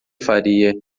faria